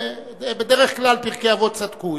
ובדרך כלל פרקי אבות צדקו.